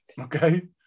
Okay